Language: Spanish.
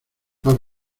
más